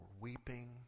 weeping